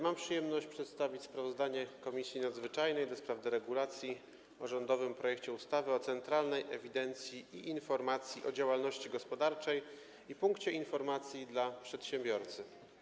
Mam przyjemność przedstawić sprawozdanie Komisji Nadzwyczajnej do spraw deregulacji o rządowym projekcie ustawy o Centralnej Ewidencji i Informacji o Działalności Gospodarczej i Punkcie Informacji dla Przedsiębiorcy.